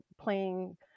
playing